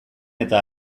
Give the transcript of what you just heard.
eta